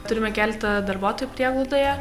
turime keletą darbuotojų prieglaudoje